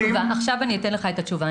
עכשיו אני אתן לך את התשובה.